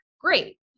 Great